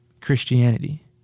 Christianity